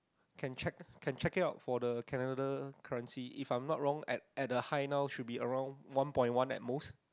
can check can check it out for the Canada currency if I'm not wrong at at the high now should be around one point one at most